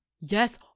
Yes